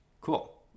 Cool